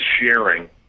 sharing